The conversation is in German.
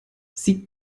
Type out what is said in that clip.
sie